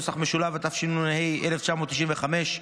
התשנ"ה 1995,